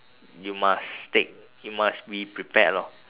you must take you must be prepared lor